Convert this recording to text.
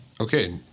Okay